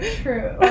true